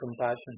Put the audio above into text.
compassion